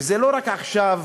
ולא רק עכשיו